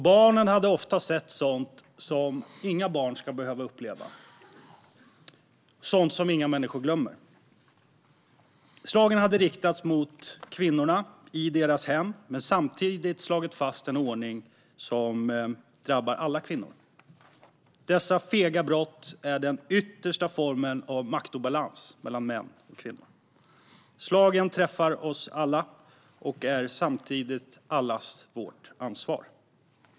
Barnen hade ofta sett sådant som inga barn ska behöva uppleva, sådant som inga människor glömmer. Slagen hade riktats mot kvinnorna i deras hem, men samtidigt slagit fast en ordning som drabbar alla kvinnor. Dessa fega brott är den yttersta formen av maktobalans mellan män och kvinnor. Slagen träffar oss alla och är samtidigt allas vårt ansvar.